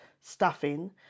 stuffing